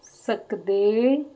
ਸਕਦੇ